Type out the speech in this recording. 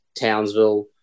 Townsville